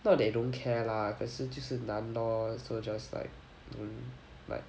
not they don't care lah 可是就是难 lor so just like hmm like